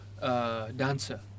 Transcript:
dancer